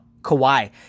Kawhi